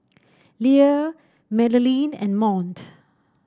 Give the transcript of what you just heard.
Lea Madelyn and Mont